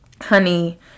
honey